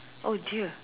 oh dear